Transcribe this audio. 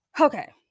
Okay